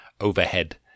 overhead